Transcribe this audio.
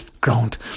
ground